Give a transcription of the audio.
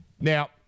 now